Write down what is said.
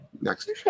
Next